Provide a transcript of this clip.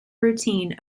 routine